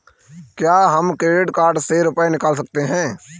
क्या हम credit card से रुपये निकाल सकते हैं?